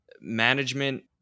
Management